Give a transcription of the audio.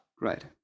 Right